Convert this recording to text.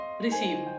receive